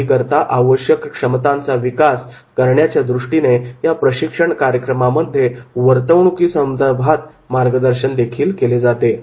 वाढीकरिता आवश्यक क्षमतांचा विकास करण्याच्यादृष्टीने या प्रशिक्षण कार्यक्रमामध्ये वर्तवणूकी संदर्भात मार्गदर्शन केले जाते